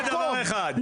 אני קובע דבר אחד,